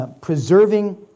preserving